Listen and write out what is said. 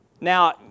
Now